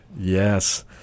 yes